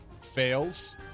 Fails